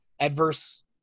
adverse